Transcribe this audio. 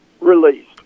released